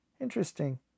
Interesting